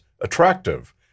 attractive